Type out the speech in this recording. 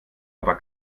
aber